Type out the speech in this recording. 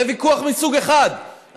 זה ויכוח מסוג אחד,